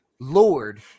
Lord